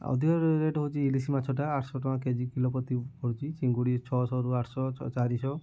ଅଧିକ ରେଟ୍ ହେଉଛି ଇଲିଶି ମାଛଟା ଆଠ ଶହ ଟଙ୍କା କେଜି କିଲୋ ପ୍ରତି ଚିଙ୍ଗୁଡି ଛଅ ଶହରୁ ଆଠ ଶହ ଚାରି ଶହ